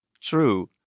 True